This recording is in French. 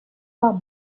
par